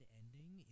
ending